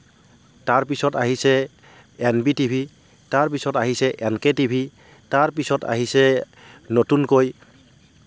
তাৰ পিছত আহিছে এন ডি টি ভি তাৰ পিছত আহিছে এন কে টি ভি তাৰপিছত আহিছে নতুনকৈ